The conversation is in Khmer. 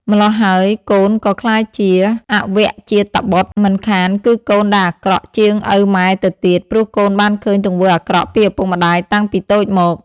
ម្ល៉ោះហើយ កូនក៏ក្លាយជា អវជាតបុត្ត មិនខានគឺកូនដែលអាក្រក់ជាងឪម៉ែទៅទៀត ព្រោះកូនបានឃើញទង្វើអាក្រក់ពីឱពុកម្តាយតាំងពីតូចមក ។